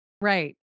Right